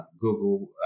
Google